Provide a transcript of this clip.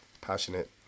passionate